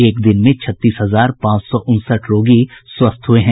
एक दिन में छत्तीस हजार पांच सौ उनसठ रोगी स्वस्थ हुये हैं